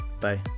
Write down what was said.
bye